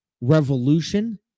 Revolution